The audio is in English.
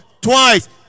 twice